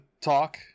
talk